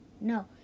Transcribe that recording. No